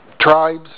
tribes